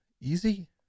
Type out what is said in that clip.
Easy